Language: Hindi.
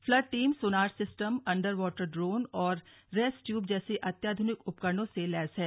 flood team sonar system under water drone और रेस्टट्यूब जैसे अत्याधुनिक उपकरणों से लैस है